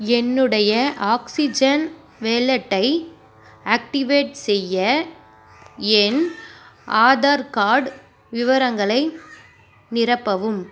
என்னுடைய ஆக்ஸிஜன் வேலெட்டை ஆக்ட்டிவேட் செய்ய என் ஆதார் கார்ட் விவரங்களை நிரப்பவும்